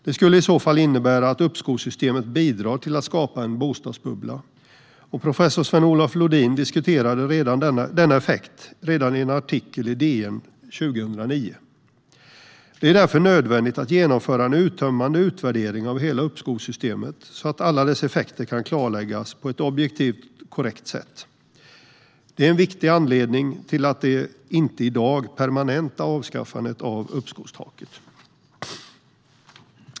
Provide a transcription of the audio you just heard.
Det skulle i så fall innebära att uppskovssystemet bidrar till att skapa en bostadsbubbla, en effekt som professor Sven-Olof Lodin tog upp i en artikel i DN redan 2009. Det är därför nödvändigt att genomföra en uttömmande utvärdering av hela uppskovssystemet så att alla dess effekter kan klarläggas på ett objektivt och korrekt sätt. Det är en viktig anledning till att inte i dag permanenta avskaffandet av uppskovstaket.